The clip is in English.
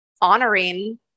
honoring